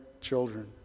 children